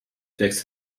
fix